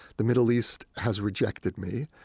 the middle east has rejected me.